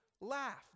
laugh